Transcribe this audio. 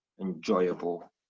enjoyable